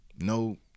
No